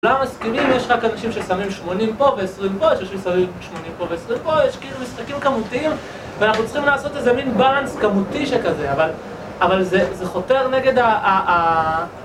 למה מסכימים? יש רק אנשים ששמים 80 פה ו20 פה, יש אנשים שמים 80 פה ו20 פה, יש כאילו משחקים כמותיים, ואנחנו צריכים לעשות איזה מין באלאנס כמותי שכזה, אבל זה חותר נגד ה...